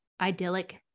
idyllic